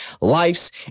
lives